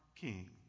king